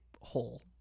hole